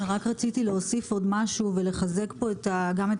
רק רציתי להוסיף עוד משהו ולחזק פה גם את